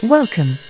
Welcome